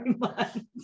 months